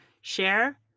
Share